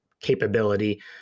capability